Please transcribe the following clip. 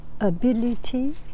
ability